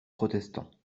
protestant